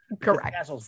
Correct